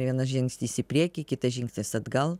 vienas žingsnis į priekį kitas žingsnis atgal